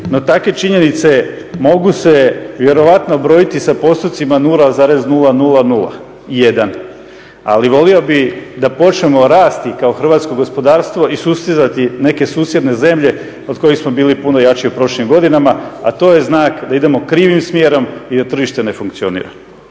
no takve činjenice mogu se vjerojatno brojiti sa postotcima 0,0001. Ali volio bih da počnemo rasti kao hrvatsko gospodarstvo i sustizati neke susjedne zemlje od kojih smo bili puno jači u prošlim godinama, a to je znak da idemo krivim smjerom i da tržište ne funkcionira.